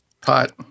Pot